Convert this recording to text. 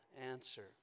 answer